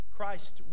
Christ